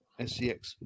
SCX